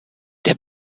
der